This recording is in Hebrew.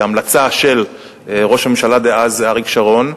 בהמלצה של ראש הממשלה דאז אריק שרון.